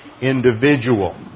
individual